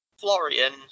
Florian